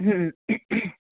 ہوں